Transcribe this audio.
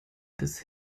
des